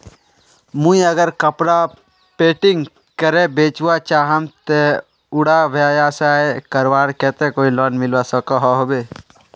मुई अगर कपड़ा पेंटिंग करे बेचवा चाहम ते उडा व्यवसाय करवार केते कोई लोन मिलवा सकोहो होबे?